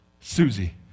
Susie